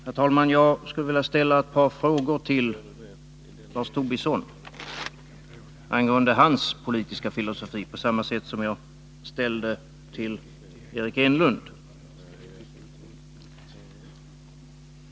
Herr talman! Jag skulle, på samma sätt som jag gjorde till Eric Enlund, vilja ställa ett par frågor till Lars Tobisson angående hans politiska filosofi.